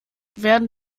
werden